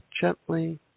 gently